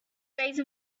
phase